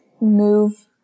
move